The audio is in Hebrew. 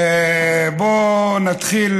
בואו נתחיל